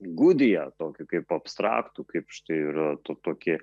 gudija tokį kaip abstraktų kaip štai yra tokį